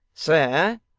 sir,